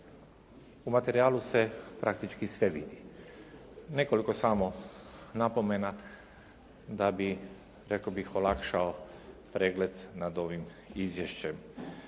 u materijalu se praktički sve vidi. Nekoliko samo napomena da bi rekao bih olakšao pregled nad ovim izvješćem.